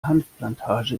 hanfplantage